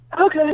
okay